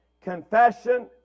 confession